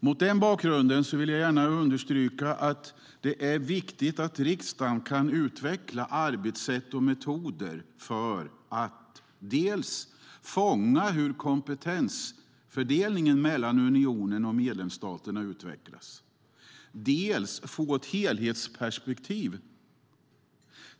Mot den bakgrunden vill jag understryka att det är viktigt att riksdagen kan utveckla arbetssätt och metoder för att dels fånga hur kompetensfördelningen mellan unionen och medlemsstaterna utvecklas, dels få ett helhetsperspektiv.